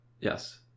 Yes